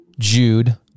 jude